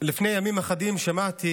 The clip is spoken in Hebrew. לפני ימים אחדים שמעתי